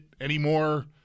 anymore